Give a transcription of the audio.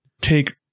take